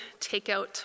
takeout